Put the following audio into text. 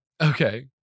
Okay